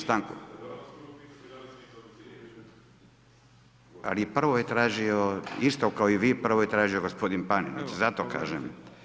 Stanka? … [[Upadica se ne čuje.]] Ali prvo je tražio isto kao i vi, prvo je tražio gospodin Panenić, zato kažem.